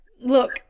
Look